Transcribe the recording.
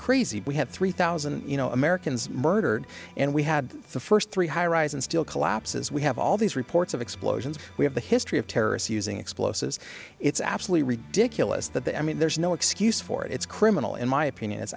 crazy we have three thousand you know americans murdered and we had the first three high rise and still collapses we have all these reports of explosions we have a history of terrorists using explosives it's absolutely ridiculous that the i mean there's no excuse for it it's criminal in my opinion i